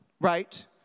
right